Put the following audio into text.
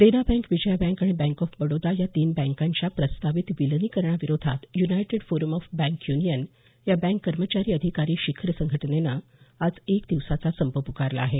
देना bank Vijaya bank आणि bank of Baroda या तीन बँकांच्या प्रस्तावित विलीनीकरणाविरोधात united forum of bank union या बँक कर्मचारी अधिकारी शिखर संघटनेनं आज एक दिवसाचा संप पुकारला आहे